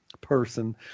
person